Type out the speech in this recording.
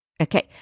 Okay